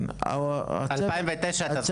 6 במאי יש